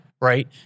right